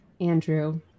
Andrew